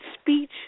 speech